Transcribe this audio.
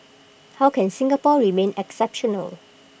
how can Singapore remain exceptional